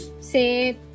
say